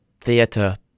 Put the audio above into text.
theater